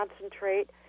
concentrate